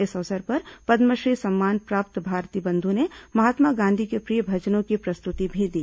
इस अवसर पर पद्मश्री सम्मान प्राप्त भारती बंधु ने महात्मा गांधी के प्रिय भजनों की प्रस्तृति भी दी